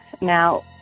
now